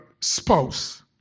spouse